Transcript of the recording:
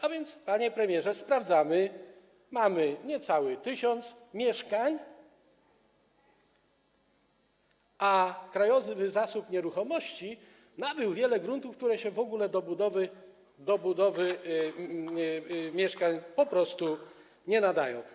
A więc, panie premierze, sprawdzamy: mamy niecały tysiąc mieszkań, a Krajowy Zasób Nieruchomości nabył wiele gruntów, które się w ogóle do budowy mieszkań po prostu nie nadają.